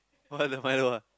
oh the Milo ah